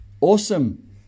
awesome